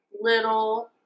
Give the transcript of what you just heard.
little